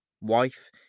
wife